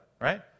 right